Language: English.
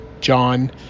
John